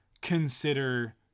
consider